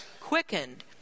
quickened